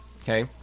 okay